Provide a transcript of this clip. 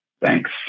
Thanks